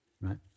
Right